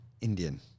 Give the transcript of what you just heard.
Indian